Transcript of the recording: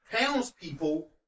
townspeople